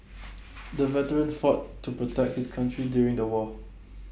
the veteran fought to protect his country during the war